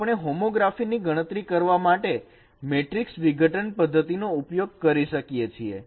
તો આપણે હોમોગ્રાફી ની ગણતરી કરવા માટે મેટ્રિકસ વિઘટન પદ્ધતિનો ઉપયોગ કરી શકીએ છીએ